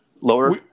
Lower